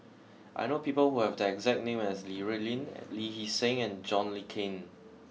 I know people who have the exact name as Li Rulin Lee Hee Seng and John Le Cain